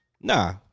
nah